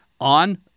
on